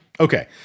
Okay